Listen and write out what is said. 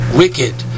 wicked